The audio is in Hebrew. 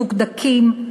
מדוקדקים,